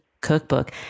cookbook